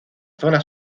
zona